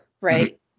right